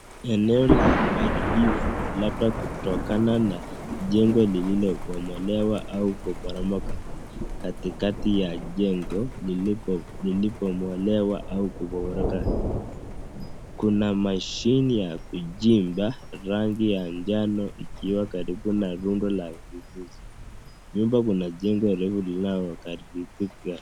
Eneo la uharibifu labda kutokana na jengo lililobomolewa au kuporomoka, katikati ya jengo lililo bomolewa au kubomoka kuna mashini ya kuchimba rangi ya njano ikiwa karibu na rundo la vifuzi, nyuma kuna jengo refu linalo kamilika.